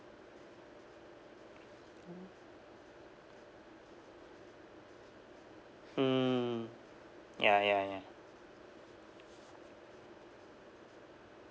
hmm ya ya ya